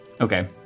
okay